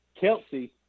Kelsey